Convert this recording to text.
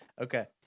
Okay